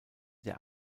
der